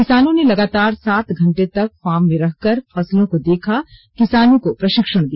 किसानों ने लगातार सात घंटे तक फार्म में रहकर फसलों को देखा किसानों को प्रशिक्षण दिया